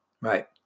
right